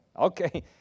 okay